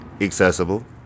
accessible